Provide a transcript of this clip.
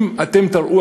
אם אתם תראו,